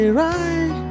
right